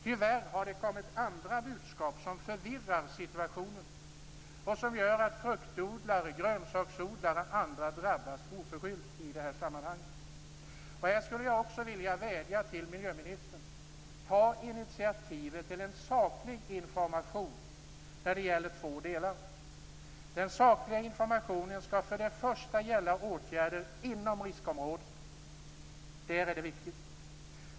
Tyvärr har det kommit andra budskap, som förvirrar situationen och som gör att fruktodlare, grönsaksodlare och andra drabbas oförskyllt. Jag skulle här vilja vädja till miljöministern att ta initiativ till en saklig information. Den sakliga informationen skall för det första gälla åtgärder inom riskområdet. Det är viktigt.